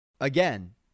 Again